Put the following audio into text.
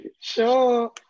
Sure